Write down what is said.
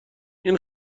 این